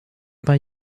bei